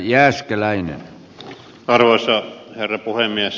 arvoisa herra puhemies